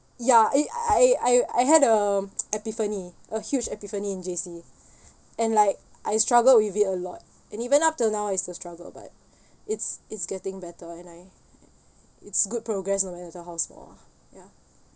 ya eh I I I had a epiphany a huge epiphany in J_C and like I struggled with it a lot and even up till now I still struggle but it's it's getting better and I it's good progress no matter how small ah ya